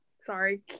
Sorry